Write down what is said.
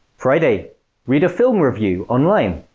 friday read a film review online